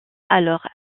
alors